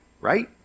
right